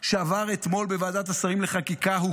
שעבר אתמול בוועדת השרים לחקיקה הוא